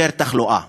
יותר תחלואה.